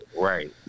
Right